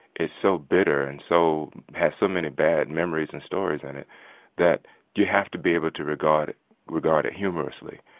is so bitter and so has so many bad memories and stories in it that you have to be able to regard regard it humorously.